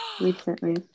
recently